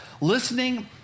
Listening